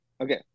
okay